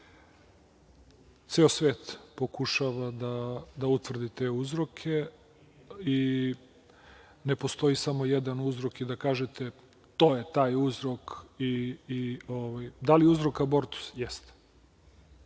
Ceo sve pokušava da utvrdi te uzroke i ne postoji samo jedan uzrok, da kažete – to je taj uzrok. Da li je uzrok abortus? Jeste. Šta